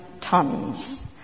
tons